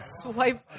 Swipe